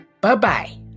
Bye-bye